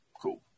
Cool